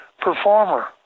performer